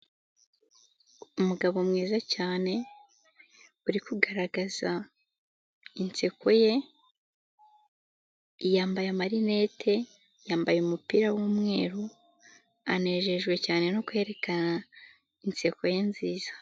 Umugabo mwiza cyane uri kugaragaza inseko ye yambaye, marinete yambaye umupira w'umweru, anejejwe cyane no kwerekana inseko ye nziza.